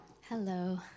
Hello